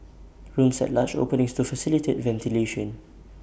rooms had large openings to facilitate ventilation